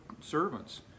servants